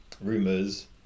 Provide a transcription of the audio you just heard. rumors